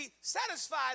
satisfied